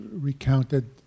recounted